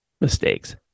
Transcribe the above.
mistakes